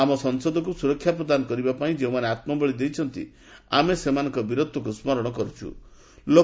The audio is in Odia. ଆମ ସଂସଦକ୍ ସ୍ରରକ୍ଷା ପ୍ରଦାନ କରିବାପାଇଁ ଯେଉଁମାନେ ଆତୁବଳୀ ଦେଇଛନ୍ତି ଆମେ ସେମାନଙ୍କ ବୀରତ୍ୱକୁ ସ୍ମରଣ କରୁଛ୍ଟ୍ର